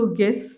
guess